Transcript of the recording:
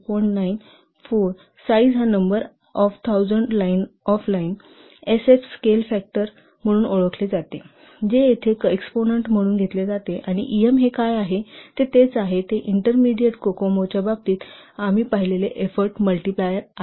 9 4साईज हा number of thousand of line SF scale factor म्हणून ओळखले जाते जे येथे एक्सपोनंन्ट म्हणून घेतले जाते आणि em हे काय आहे ते तेच आहेत ते इंटरमेडिएट कोकोमो च्या बाबतीत आम्ही पाहिलेले एफोर्ट मल्टिप्लायर आहेत